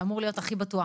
שאמור להיות הכי בטוח,